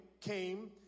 came